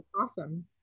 Awesome